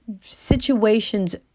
Situations